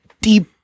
deep